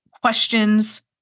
questions